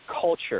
culture